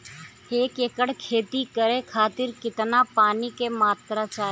एक एकड़ खेती करे खातिर कितना पानी के मात्रा चाही?